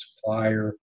supplier